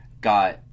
got